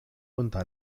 unter